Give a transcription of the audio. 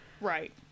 right